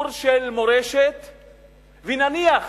נניח